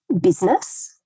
business